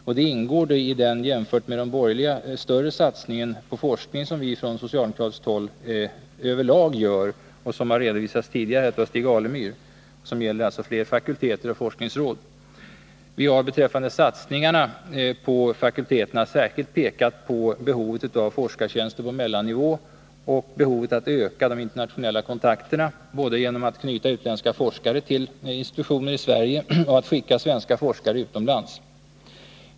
Detta ingår i den jämfört med de borgerliga större satsning på forskning som vi från socialdemokratiskt håll över lag gör som har redovisats tidigare av Stig Alemyr och som gäller flera fakulteter och forskningsråd. Vi har beträffande satsningarna på fakulteterna särskilt pekat på behovet av forskartjänster på mellannivå och behovet att öka de internationella kontakterna både genom att knyta utländska forskare till institutioner i Sverige och att skicka svenska forskare utomlands.